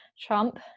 Trump